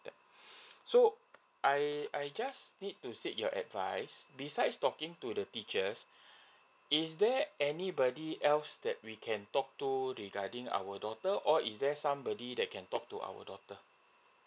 that so I I just need to seek your advice besides talking to the teachers is there anybody else that we can talk to regarding our daughter or is there somebody that can talk to our daughter